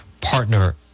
partner